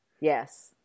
Yes